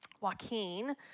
Joaquin